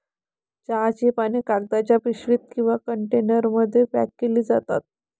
चहाची पाने कागदाच्या पिशवीत किंवा कंटेनरमध्ये पॅक केली जातात